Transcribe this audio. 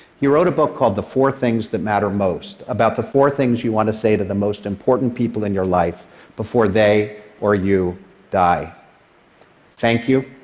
he wrote a book called the four things that matter most about the four things you want to say to the most important people in your life before they or you die thank you,